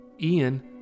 Ian